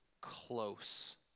close